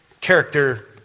character